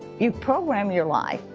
you program your life.